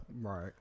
Right